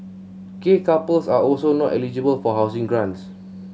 gay couples are also not eligible for housing grants